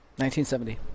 1970